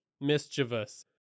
mischievous